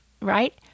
Right